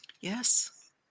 Yes